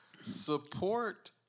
support